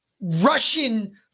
Russian